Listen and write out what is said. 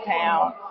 town